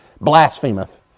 blasphemeth